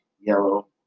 yellow